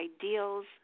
ideals